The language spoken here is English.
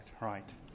right